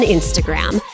Instagram